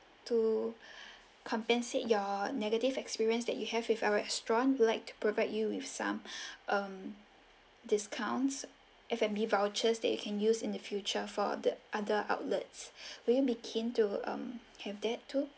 to compensate your negative experiences that you have with our restaurant we'd liked to provide you with some um discounts F&B vouchers that you can use in the future for the other outlets will you be keen to um have that too